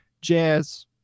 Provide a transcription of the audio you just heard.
jazz